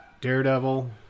Daredevil